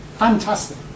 Fantastic